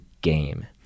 game